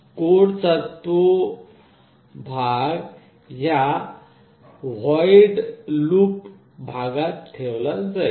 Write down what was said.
कोडचा तो भाग या व्हॉइड लूप भागात ठेवला जाईल